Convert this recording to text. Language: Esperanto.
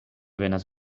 venas